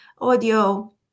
audio